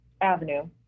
Avenue